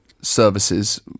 services